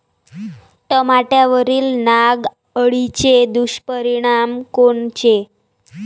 टमाट्यावरील नाग अळीचे दुष्परिणाम कोनचे?